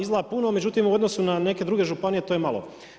Izgleda puno, međutim, u odnosu na neke druge županije to je malo.